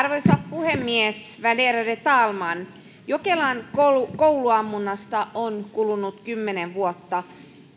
puhemies värderade talman jokelan kouluammunnasta on kulunut kymmenen vuotta